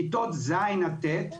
כיתות ז'-ט'